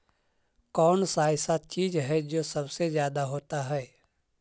कौन सा ऐसा चीज है जो सबसे ज्यादा होता है?